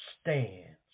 stands